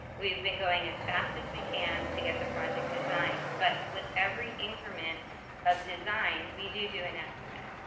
we've been going as fast as we can to get the project designed, but with every increment of design we do do an estimate.